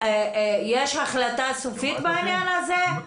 יש החלטה סופית בעניין הזה?